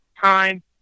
time